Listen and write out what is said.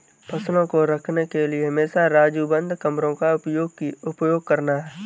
फसलों को रखने के लिए हमेशा राजू बंद कमरों का उपयोग करना